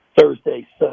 Thursday